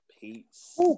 Peace